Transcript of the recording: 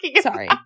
Sorry